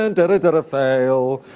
and da-da-da-da fail.